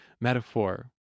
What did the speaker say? metaphor